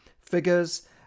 figures